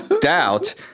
doubt